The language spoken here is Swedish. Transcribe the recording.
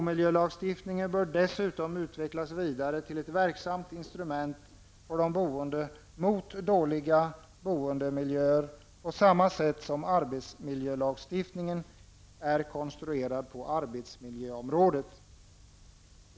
Bomiljölagstiftningen bör dessutom utvecklas vidare till ett verksamt instrument för de boende mot dåliga boendemiljöer, på samma sätt som arbetsmiljölagstiftningen är konstruerad på arbetsmiljöområdet.